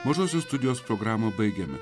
mažosios studijos programą baigiame